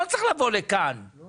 מאוד